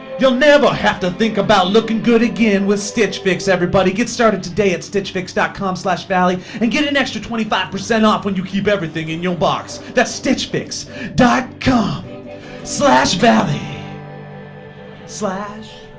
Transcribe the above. you'll never have to think about looking good again with stitchfix everybody, get started today at stichfix dot com slash valley and get an extra twenty five percent off when you keep everything in your box, that's stitchfix dot com slash valley slash